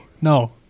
no